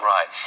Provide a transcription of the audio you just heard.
Right